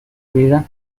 vida